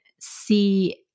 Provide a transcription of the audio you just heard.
see